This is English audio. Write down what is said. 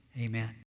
Amen